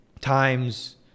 Times